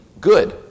good